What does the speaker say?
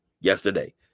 yesterday